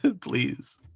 please